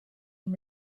and